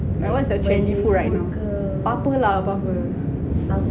what is the trending food right now apa apa lah apa apa